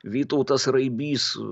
vytautas raibys